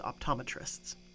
Optometrists